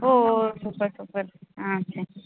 ஓ ஓ super super ஆ சரி